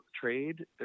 trade